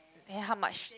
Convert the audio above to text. then how much